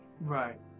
Right